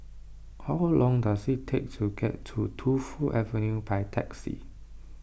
how long does it take to get to Tu Fu Avenue by taxi